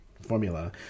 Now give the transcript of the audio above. formula